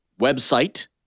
website